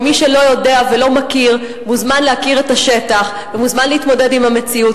ומי שלא יודע ולא מכיר מוזמן להכיר את השטח ומוזמן להתמודד עם המציאות,